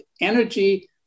energy